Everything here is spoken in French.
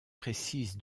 précise